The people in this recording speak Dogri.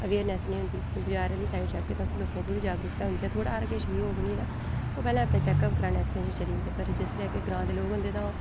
अवेयरनैस्स निं होंदी बजार आह्ली साईड जाहगे तां उत्थै दे लोकें गी थोह्ड़ी जागरूकता ते होंदी ओह् पैह्लें अपना चैक्क अप कराने आस्तै चली जंदे ते जिसलै ग्रांऽ दे लोक होंदे तां ओह्